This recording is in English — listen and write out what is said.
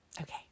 okay